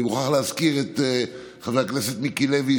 אני מוכרח להזכיר את חבר הכנסת מיקי לוי,